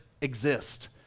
exist